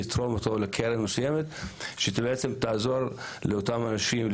לתרום אותו לקרן מסוימת שבעצם תעזור לטפל באותם אנשים.